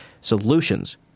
solutions